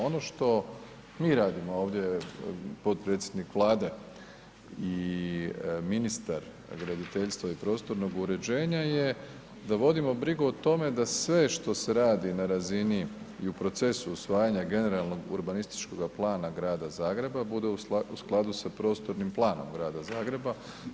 Ono što mi radimo ovdje, potpredsjednik Vlade i ministar graditeljstva i prostornog uređenja je da vodimo brigu o tome da sve što se radi na razini i u procesu usvajanja generalnog urbanističkog plana Grada Zagreba, bude u skladu sa prostornim planom Grada Zagreba.